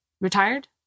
retired